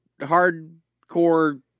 hardcore